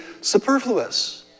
superfluous